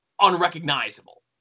unrecognizable